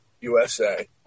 USA